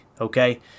okay